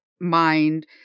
mind